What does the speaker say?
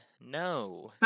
no